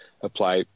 Apply